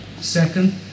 Second